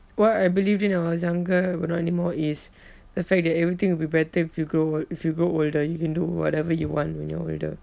what I believed in when I was younger but not anymore is the fact that everything will be better if you grow old~ if you grow older you can do whatever you want when you're older